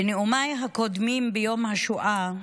בנאומיי הקודמים ביום השואה,